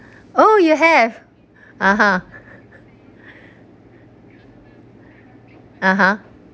oh you have (uh huh) (uh huh)